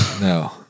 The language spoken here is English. no